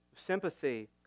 Sympathy